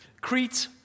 Crete